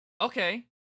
okay